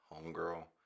homegirl